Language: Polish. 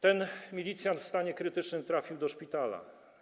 Ten milicjant w stanie krytycznym trafił do szpitala.